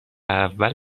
اول